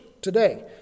today